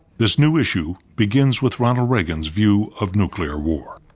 this new issue begins with ronald reagan's view of nuclear war.